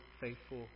faithful